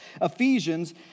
Ephesians